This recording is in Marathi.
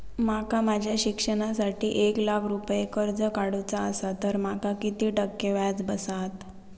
माका माझ्या शिक्षणासाठी एक लाख रुपये कर्ज काढू चा असा तर माका किती टक्के व्याज बसात?